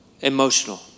Emotional